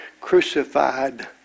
crucified